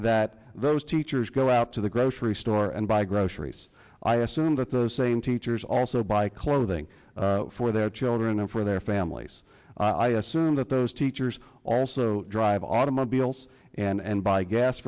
that those teachers go out to the grocery store and buy groceries i assume that those same teachers also buy clothing for their children and for their families i assume that those teachers also drive automobiles and buy gas